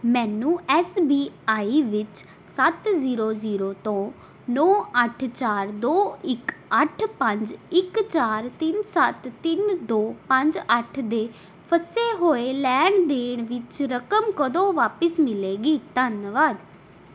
ਮੈਨੂੰ S B I ਵਿੱਚ ਸੱਤ ਜ਼ੀਰੋ ਜ਼ੀਰੋ ਤੋਂ ਨੌਂ ਅੱਠ ਚਾਰ ਦੋ ਇੱਕ ਅੱਠ ਪੰਜ ਇੱਕ ਚਾਰ ਤਿੰਨ ਸੱਤ ਤਿੰਨ ਦੋ ਪੰਜ ਅੱਠ ਦੇ ਫਸੇ ਹੋਏ ਲੈਣ ਦੇਣ ਵਿੱਚ ਰਕਮ ਕਦੋਂ ਵਾਪਸ ਮਿਲੇਗੀ ਧੰਨਵਾਦ